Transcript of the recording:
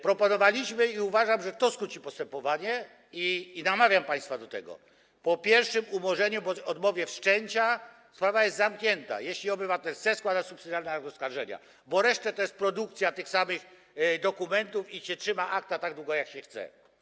Propagowaliśmy to - uważam, że to skróci postępowanie, i namawiam państwa do tego - by po pierwszym umorzeniu bądź odmowie wszczęcia sprawa była zamknięta, jeśli obywatel chce składać subsydiarny akt oskarżenia, bo reszta to jest produkcja tych samych dokumentów, a się trzyma akta tak długo, jak się chce.